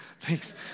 thanks